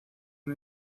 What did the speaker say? han